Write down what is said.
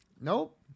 Nope